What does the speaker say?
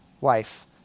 wife